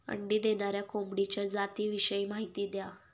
अंडी देणाऱ्या कोंबडीच्या जातिविषयी माहिती द्या